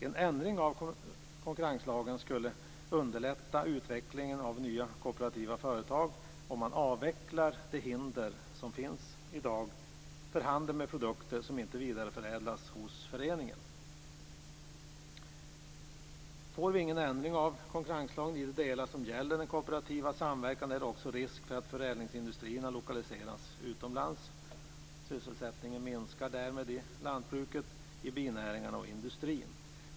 En ändring av konkurrenslagen skulle underlätta utvecklingen av nya kooperativa företag om man avvecklar de hinder som finns i dag för handel med produkter som inte vidareförädlas hos föreningen. Får vi ingen ändring av konkurrenslagen i de delar som gäller den kooperativa samverkan är det också risk för att förädlingsindustrierna lokaliseras utomlands. Sysselsättningen minskar därmed i lantbruket, i binäringarna och i industrin.